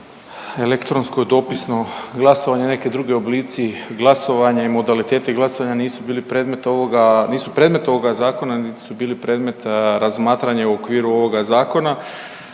elektronsko dopisno glasovanje i neki drugi oblici glasovanja i modaliteti glasovanja nisu bili predmet ovoga, nisu predmet ovoga zakona niti su bili predmet razmatranja i u okviru ovoga zakona